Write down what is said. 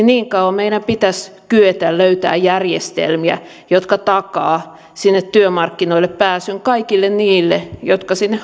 niin kauan meidän pitäisi kyetä löytämään järjestelmiä jotka takaavat työmarkkinoille pääsyn kaikille niille jotka sinne